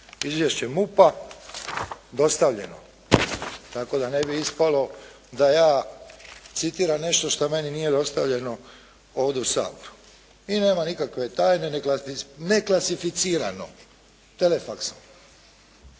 Izvješće MUP-a dostavljeno". Tako da ne bi ispalo da ja citiram nešto što meni nije dostavljeno ovdje u Saboru. I nema nikakve tajne neklasificirano, telefaksom.